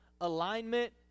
alignment